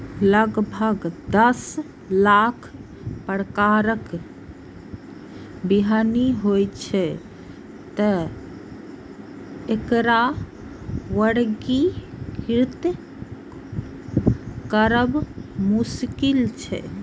लगभग दस लाख प्रकारक बीहनि होइ छै, तें एकरा वर्गीकृत करब मोश्किल छै